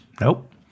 Nope